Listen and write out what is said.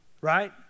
right